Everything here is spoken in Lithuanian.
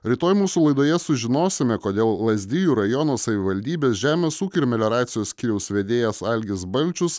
rytoj mūsų laidoje sužinosime kodėl lazdijų rajono savivaldybės žemės ūkio melioracijos skyriaus vedėjas algis balčius